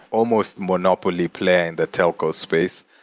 almost monopoly player in the telco space.